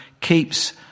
keeps